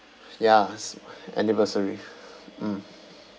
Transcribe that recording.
ya s~ anniversary mm